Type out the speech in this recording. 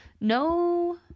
No